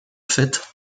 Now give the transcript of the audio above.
fait